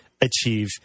achieve